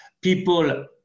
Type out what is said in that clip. people